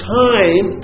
time